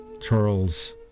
Charles